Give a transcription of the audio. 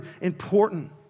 important